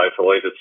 isolated